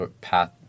path